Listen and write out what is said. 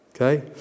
Okay